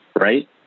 right